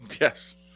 Yes